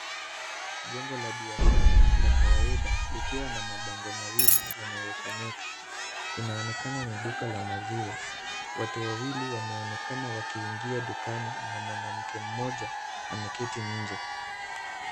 Jengo la biashara la kawaida likiwa na mabango mawili yanayosomeka. Yanaonekana ni duka la maziwa, watu wawili wameonekana wakiingia dukani na mwanamke mmoja ameketi nje.